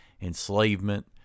enslavement